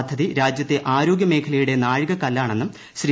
പദ്ധതി രാജ്യത്തെ ആരോഗൃ മേഖലയുടെ നാഴികക്കല്ലാണെന്നും ശ്രീ